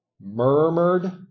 murmured